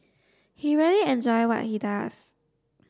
he really enjoy what he does